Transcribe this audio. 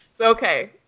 okay